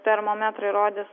termometrai rodys